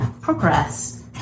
progress